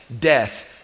death